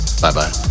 bye-bye